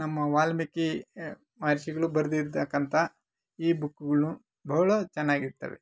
ನಮ್ಮ ವಾಲ್ಮೀಕಿ ಮಹರ್ಷಿಗಳು ಬರ್ದಿರ್ತಕ್ಕಂಥ ಈ ಬುಕ್ಕುಗಳು ಬಹಳ ಚೆನ್ನಾಗಿರ್ತವೆ